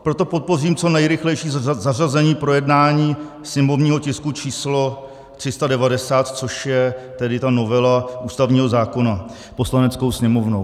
Proto podpořím co nejrychlejší zařazení k projednání sněmovního tisku číslo 390, což je tedy ta novela ústavního zákona, Poslaneckou sněmovnou.